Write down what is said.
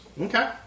Okay